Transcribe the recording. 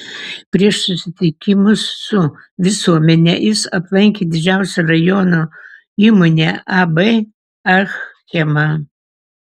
prieš susitikimus su visuomene jis aplankė didžiausią rajono įmonę ab achema